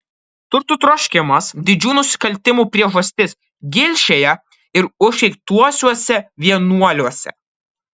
turtų troškimas didžių nusikaltimų priežastis gilšėje ir užkeiktuosiuose vienuoliuose